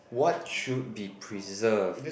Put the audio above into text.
what should be preserved